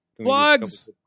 plugs